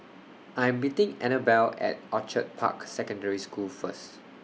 I Am meeting Annabel At Orchid Park Secondary School First